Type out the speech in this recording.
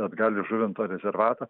atgal į žuvinto rezervatą